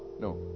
No